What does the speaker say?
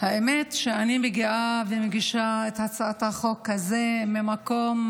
האמת היא שאני מגיעה ומגישה את הצעת החוק הזו גם ממקום